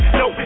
no